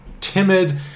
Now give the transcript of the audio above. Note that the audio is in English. timid